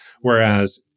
Whereas